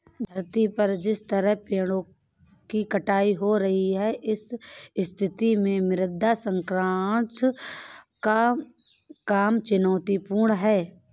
धरती पर जिस तरह से पेड़ों की कटाई हो रही है इस स्थिति में मृदा संरक्षण का काम चुनौतीपूर्ण है